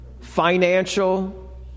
financial